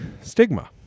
stigma